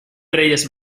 reyes